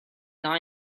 non